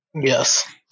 Yes